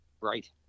right